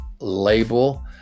label